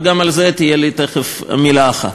וגם על זה תהיה לי תכף מילה אחת.